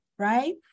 Right